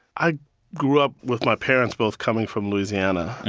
i grew up with my parents both coming from louisiana,